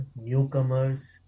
newcomers